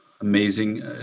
amazing